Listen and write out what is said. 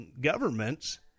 governments